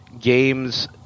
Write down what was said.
games